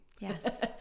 Yes